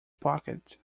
pocket